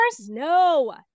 No